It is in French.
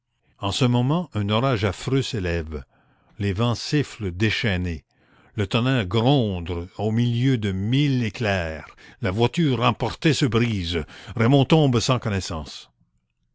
en ce moment un orage affreux s'élève les vents sifflent déchaînés le tonnerre gronde au milieu de mille éclairs la voiture emportée se brise raymond tombe sans connaissance